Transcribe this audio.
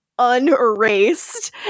unerased